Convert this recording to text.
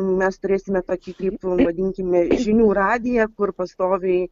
mes turėsime tokį kaip vadinkime žinių radiją kur pastoviai